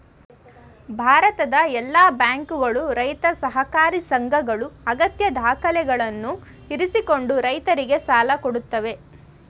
ಭಾರತದ ಎಲ್ಲಾ ಬ್ಯಾಂಕುಗಳು, ರೈತ ಸಹಕಾರಿ ಸಂಘಗಳು ಅಗತ್ಯ ದಾಖಲೆಗಳನ್ನು ಇರಿಸಿಕೊಂಡು ರೈತರಿಗೆ ಸಾಲ ಕೊಡತ್ತವೆ